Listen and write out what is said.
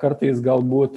kartais galbūt